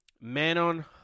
Manon